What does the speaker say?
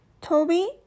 Toby